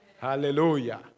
Hallelujah